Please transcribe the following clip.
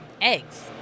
eggs